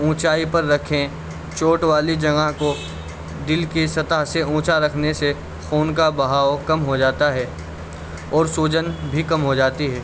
اونچائی پر رکھیں چوٹ والی جگہ کو دل کی سطح سے اونچا رکھنے سے خون کا بہاؤ کم ہو جاتا ہے اور سوجن بھی کم ہو جاتی ہے